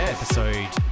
episode